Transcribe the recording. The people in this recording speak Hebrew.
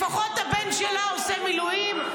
לפחות הבן שלה עושה מילואים,